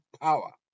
power